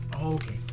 Okay